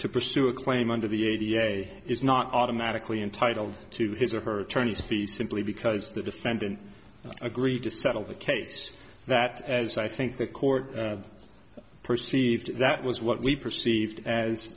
to pursue a claim under the a da is not automatically entitled to his or her tourney speech simply because the defendant agreed to settle the case that as i think the court perceived that was what we perceived as